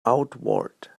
outward